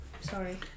Sorry